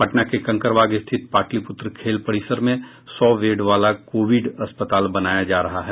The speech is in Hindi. पटना के कंकड़बाग स्थिति पाटलिपुत्र खेल परिसर में सौ बेड वाला कोविड अस्पताल बनाया जा रहा है